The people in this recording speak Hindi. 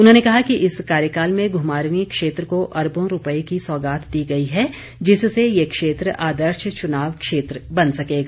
उन्होंने कहा कि इस कार्यकाल में घुमारवीं क्षेत्र को अरबों रूपए की सौगात दी गई है जिससे ये क्षेत्र आदर्श चुनाव क्षेत्र बन सकेगा